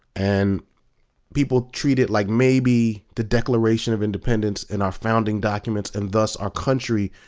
and people treat it like maybe the declaration of independence and our founding documents, and thus our country,